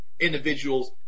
individuals